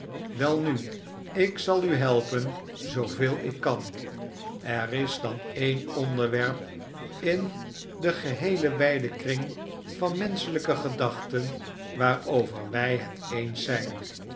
welnu ik zal u helpen zooveel ik kan er is dan e'en onderwerp in den geheelen wijden kring van menschelijke gedachten waarover wij het eens zijn